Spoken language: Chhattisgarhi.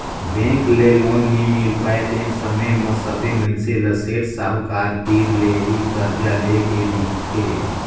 बेंक ले लोन नइ मिल पाय तेन समे म सबे मइनसे ल सेठ साहूकार तीर ले ही करजा लेए के दिखथे